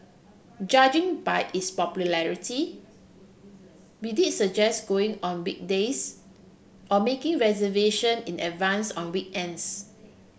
judging by its popularity we'd suggest going on weekdays or making reservation in advance on weekends